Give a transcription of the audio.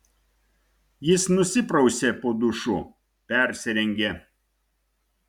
jis nusiprausė po dušu persirengė